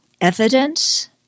evidence